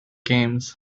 games